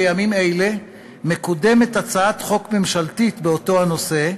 בימים אלה מקודמת הצעת חוק ממשלתית באותו הנושא,